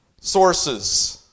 sources